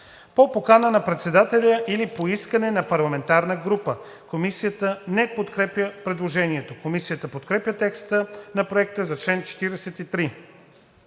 по покана на председателя или по искане на парламентарна група.“ Комисията не подкрепя предложението. Комисията подкрепя текста на Проекта за чл. 43.